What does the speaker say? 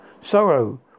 sorrow